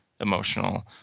emotional